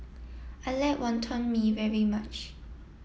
I like Wonton Mee very much